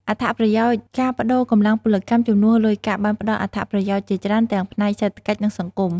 អត្ថប្រយោជន៍ការប្តូរកម្លាំងពលកម្មជំនួសលុយកាក់បានផ្តល់អត្ថប្រយោជន៍ជាច្រើនទាំងផ្នែកសេដ្ឋកិច្ច និងសង្គម